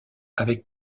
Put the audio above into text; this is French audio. avec